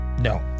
No